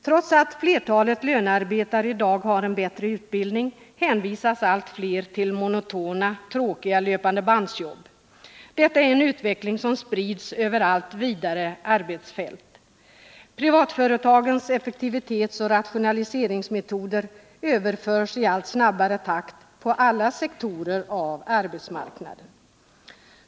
Trots att flertalet lönarbetare i dag har en bättre utbildning, hänvisas allt fler till monotona, tråkiga löpandebandsjobb. Detta är en utveckling som sprids över allt vidare arbetsfält. Privatföretagens effektivitetsoch rationaliseringsmetoder överförs i allt snabbare takt på alla sektorer av arbetsmarknaden.